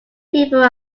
people